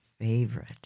favorite